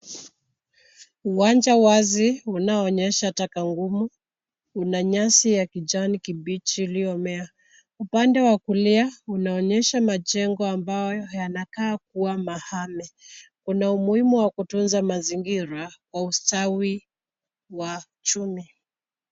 Uwanja wazi unaonyesha taka ngumu una nyasi ya kujani kibichi uliomea. Upande wa kulia unaonyesha majengo ambayo yanakaa kuwa mahame. Una umuhimu wa kutunza mazingira wa ustawi wa uchumi.